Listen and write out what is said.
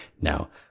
now